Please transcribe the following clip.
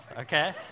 Okay